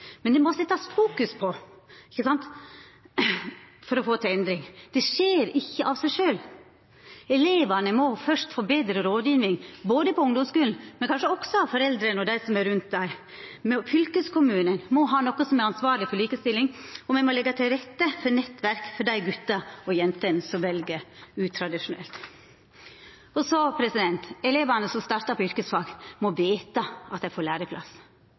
Men det må setjast fokus på for å få til endring. Det skjer ikkje av seg sjølv. Elevane må først få betre rådgjeving – på ungdomsskulen, men kanskje også av foreldra og dei som er rundt dei. Men fylkeskommunen må ha nokon som er ansvarleg for likestilling. Me må leggja til rette for nettverk for dei gutane og jentene som vel utradisjonelt. Så må elevane som startar på yrkesfag, vita at dei får læreplass.